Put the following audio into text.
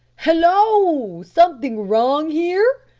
hallo! something wrong here,